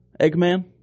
Eggman